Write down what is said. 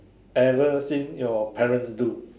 ever seen your parents do